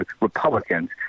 Republicans